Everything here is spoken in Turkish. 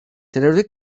teröre